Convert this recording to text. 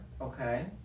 okay